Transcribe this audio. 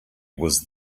was